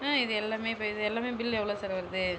இது எல்லாமே இப்போ இது எல்லாமே பில் எவ்வளோ சார் வருது